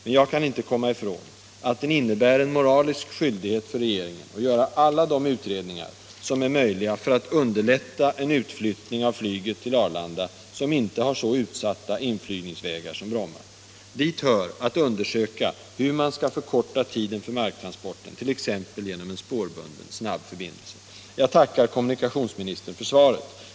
Men jag kan inte komma ifrån att den innebär en moralisk skyldighet för regeringen att göra alla de utredningar som är möjliga för att underlätta en utflyttning av flyget till Arlanda, som inte har så utsatta inflygningsvägar som Bromma. Dit hör att undersöka hur man kan förkorta tiden för marktransporten, t.ex. genom en spårbunden snabbförbindelse. Jag tackar kommunikationsministern för svaret.